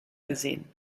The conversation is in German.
gesehen